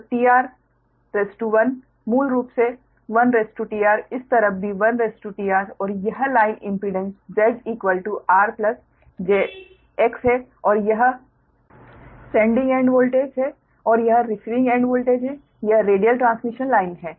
तो tR 1 मूल रूप से 1 tR इस तरफ भी 1 tR और यह line impedance Z R jX है और यह सेंडिंग एंड वोल्टेज है और यह रिसीविंग एंड वोल्टेज है यह रेडियल ट्रांसमिशन लाइन है